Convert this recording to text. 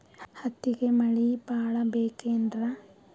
ಹತ್ತಿಗೆ ಮಳಿ ಭಾಳ ಬೇಕೆನ್ರ?